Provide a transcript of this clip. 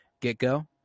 get-go